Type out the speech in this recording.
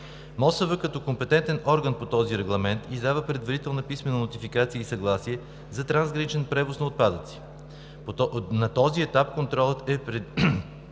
водите като компетентен орган по този регламент издава предварителна писмена нотификация и съгласие за трансграничен превоз на отпадъци. На този етап контролът е